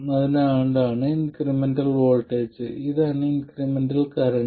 അതിനാൽ ഇതാണ് incremental voltage ഇതാണ് ഇൻക്രിമെന്റൽ കറന്റ്